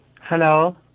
Hello